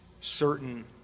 certain